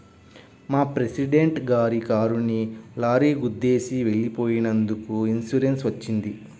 మా ప్రెసిడెంట్ గారి కారుని లారీ గుద్దేసి వెళ్ళిపోయినందుకు ఇన్సూరెన్స్ వచ్చింది